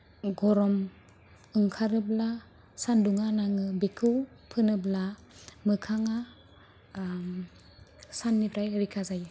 गरम ओंखारोब्ला सानदुंआ लाङो बेखौ फुनोब्ला मोखाङा साननिफ्राय रैखा जायो